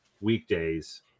weekdays